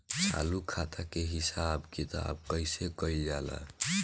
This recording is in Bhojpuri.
चालू खाता के हिसाब किताब कइसे कइल जाला?